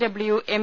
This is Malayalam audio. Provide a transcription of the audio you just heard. W M